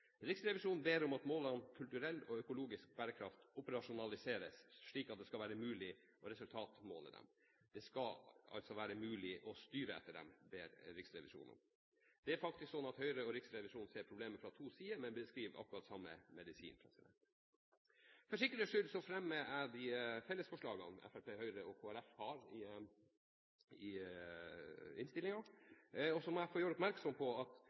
Riksrevisjonen ber om at målet om kulturell og økonomisk bærekraft operasjonaliseres, slik at det skal være mulig å resultatmåle disse. Det skal altså være mulig å styre etter dem, ber Riksrevisjonen om. Det er faktisk slik at Høyre og Riksrevisjonen ser problemet fra to sider, men beskriver akkurat samme medisin. For sikkerhets skyld fremmer jeg de fellesforslagene som Fremskrittspartiet, Høyre og Kristelig Folkeparti har i innstillingen. Så må jeg gjøre oppmerksom på at